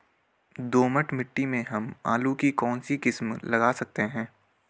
दोमट मिट्टी में हम आलू की कौन सी किस्म लगा सकते हैं?